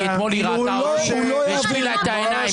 אתמול היא ראתה אותי והשפילה את העיניים.